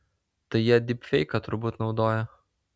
tai jie dypfeiką turbūt naudojo